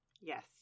Yes